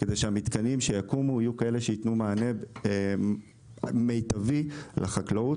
כדי שהמתקנים שיקומו יהיו כאלה שייתנו מענה מיטבי לחקלאות,